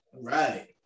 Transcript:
right